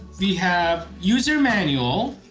we have user manual.